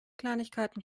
kleinigkeiten